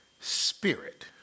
spirit